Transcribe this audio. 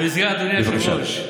אדוני היושב-ראש,